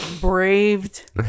braved